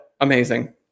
amazing